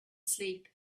sleep